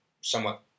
somewhat